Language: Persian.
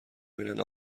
ببینن